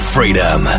Freedom